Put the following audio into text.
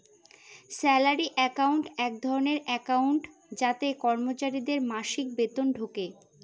salary account এক ধরনের account যাতে কর্মচারীদের মাসিক বেতন ঢোকে